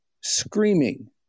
screaming